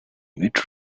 meet